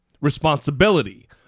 responsibility